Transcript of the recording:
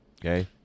Okay